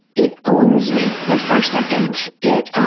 it owns me the first second. it,